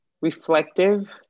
Reflective